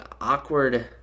awkward